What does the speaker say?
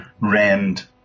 Rand